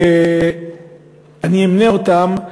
אני אמנה אותם,